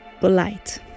polite